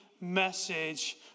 message